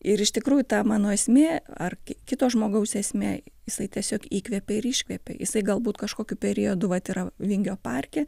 ir iš tikrųjų ta mano esmė ar kito žmogaus esmė jisai tiesiog įkvepia ir iškvepia jisai galbūt kažkokiu periodu vat yra vingio parke